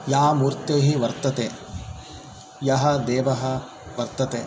या मूर्तिः वर्तते यः देवः वर्तते